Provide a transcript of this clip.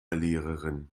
lehrerin